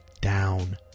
down